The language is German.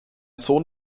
sohn